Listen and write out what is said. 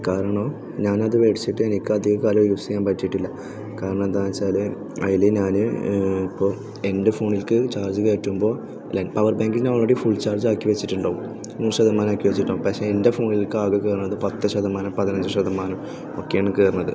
കാരണം ഞാൻ അത് മേടിച്ചിട്ട് എനിക്കധികം കാലം യൂസ് ചെയ്യാൻ പറ്റിയിട്ടില്ല കാരണം എന്താണെന്ന് വച്ചാൽ അതിൽ ഞാൻ ഇപ്പോൾ എൻ്റെ ഫോണിലേക്ക് ചാർജ് കയറ്റുമ്പോൾ പവർ ബാങ്കിന് ഓൾറെഡി ഫുൾ ചാർജാക്കി വച്ചിട്ടുണ്ടാകും നൂറ് ശതമാനാക്കി വച്ചിട്ടുണ്ടാകും പക്ഷേ എൻ്റെ ഫോണിലേക്ക് ആകെ കയറണത് പത്ത് ശതമാനം പതിനഞ്ച് ശതമാനം ഒക്കെയാണ് കയറണത്